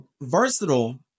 versatile